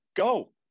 go